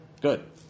Good